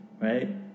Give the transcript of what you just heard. right